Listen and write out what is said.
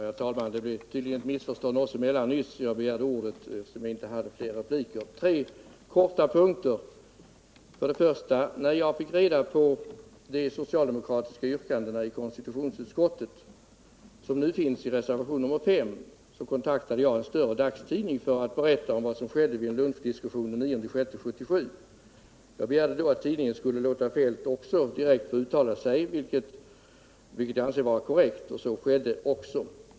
Herr talman! Det blev tydligen ett missförstånd oss emellan nyss. Jag begärde ordet eftersom jag inte hade fler repliker. Tre korta punkter! För det första: När jag fick reda på de socialdemokratiska yrkandena i konstitutionsutskottet, som nu återfinns i reservation nr 5, kontaktade jag en större dagstidning för att berätta vad som skett under en lunchdiskussion den 9 juni 1977. Jag begärde då att tidningen också skulle låta Kjell-Olof Feldt uttala sig direkt, vilket jag anser vara korrekt, och så skedde också.